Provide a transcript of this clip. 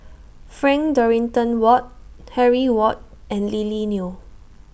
Frank Dorrington Ward Harry Ward and Lily Neo